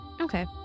Okay